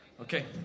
okay